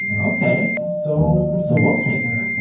ok, so so we'll take her.